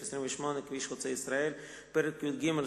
סעיף 28 (כביש חוצה-ישראל); פרק י"ג,